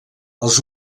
els